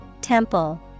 Temple